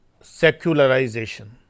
secularization